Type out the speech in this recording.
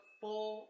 full